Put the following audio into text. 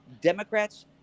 Democrats